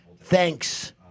thanks